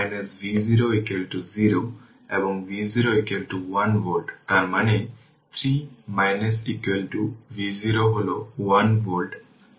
সুতরাং আমরা যেভাবে ইকুইভ্যালেন্ট রেজিস্টেন্স খুঁজে পেয়েছি সেখানেও ইকুইভ্যালেন্ট ইন্ডাকট্যান্স খুঁজে বের করতে হবে